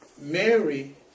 Mary